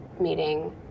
meeting